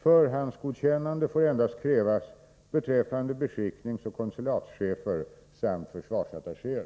Förhandsgodkännande får endast krävas beträffande beskickningsoch konsulatschefer samt försvarsattachéer.